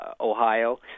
Ohio